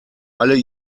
alle